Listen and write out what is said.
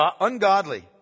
Ungodly